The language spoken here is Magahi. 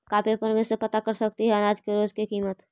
का पेपर में से पता कर सकती है अनाज के रोज के किमत?